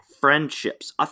friendships